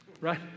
Right